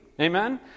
Amen